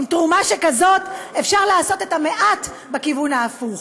עם תרומה שכזאת, אפשר לעשות את המעט בכיוון ההפוך.